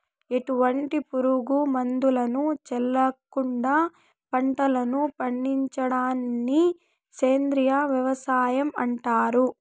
ఎటువంటి పురుగు మందులను చల్లకుండ పంటలను పండించడాన్ని సేంద్రీయ వ్యవసాయం అంటారు